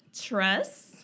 trust